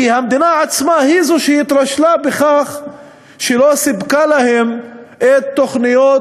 כי המדינה עצמה היא זאת שהתרשלה בכך שלא סיפקה להם את תוכניות